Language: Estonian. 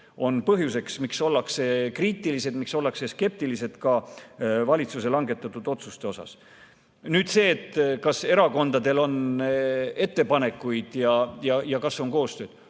on põhjuseks, miks ollakse kriitilised, miks ollakse skeptilised ka valitsuse langetatud otsuste suhtes. Kas erakondadel on ettepanekuid ja kas on koostööd?